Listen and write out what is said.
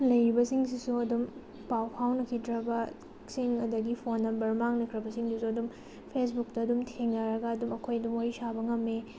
ꯂꯩꯔꯤꯕꯁꯤꯡꯁꯤꯁꯨ ꯑꯗꯨꯝ ꯄꯥꯎ ꯐꯥꯎꯅꯈꯤꯗ꯭ꯔꯕꯁꯤꯡ ꯑꯗꯒꯤ ꯐꯣꯟ ꯅꯝꯕꯔ ꯃꯥꯡꯅꯈ꯭ꯔꯕꯁꯤꯡꯗꯁꯨ ꯑꯗꯨꯝ ꯐꯦꯁꯕꯨꯛꯇ ꯑꯗꯨꯝ ꯊꯦꯡꯅꯔꯒ ꯑꯗꯨꯝ ꯑꯩꯈꯣꯏ ꯑꯗꯨꯝ ꯋꯥꯔꯤ ꯁꯥꯕ ꯉꯝꯏ